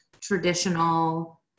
traditional